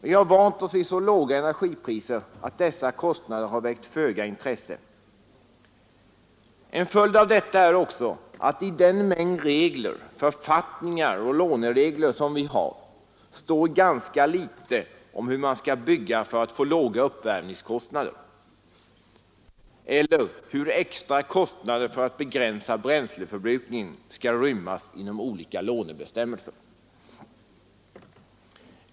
Vi har vant oss vid så låga energipriser, att dessa kostnader har väckt föga intresse. En följd av detta är också att i den mängd regler, författningar och låneregler som vi har står ganska litet om hur man skall bygga för att få låga uppvärmningskostnader eller hur extra kostnader för att begränsa bränsleförbrukningen skall rymmas inom olika lånebestämmelser.